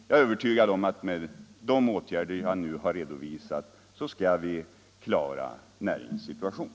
Jag är övertygad om att vi med de åtgärder jag nu har redovisat skall klara näringens situation.